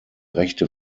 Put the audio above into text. rechte